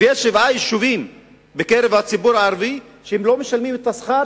ויש שבעה יישובים בקרב הציבור הערבי שלא משלמים את השכר